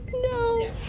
no